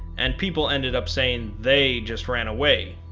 and people ended up saying they just ran away.